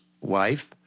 wife